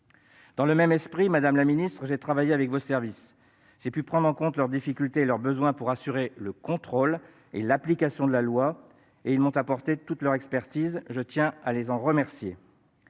Dans le même esprit, madame la secrétaire d'État, j'ai travaillé avec vos services. J'ai pu prendre en compte leurs difficultés et leurs besoins pour assurer le contrôle et l'application de la loi, et ils m'ont apporté leur expertise. Je tiens à les en remercier.